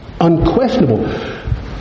unquestionable